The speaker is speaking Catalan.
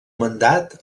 mandat